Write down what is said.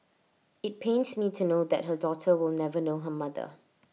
IT pains me to know that her daughter will never know her mother